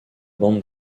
bande